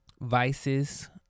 vices